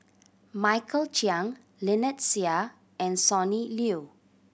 Michael Chiang Lynnette Seah and Sonny Liew